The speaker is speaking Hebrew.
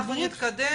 אנחנו נתקדם.